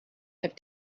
have